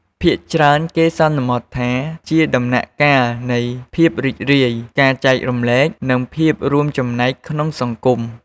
ភាគច្រើនគេសន្មត់ថាជាដំណាក់កាលនៃភាពរីករាយ ការចែករំលែក និងភាពរួមចំណែកក្នុងសង្គម។